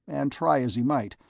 and try as he might,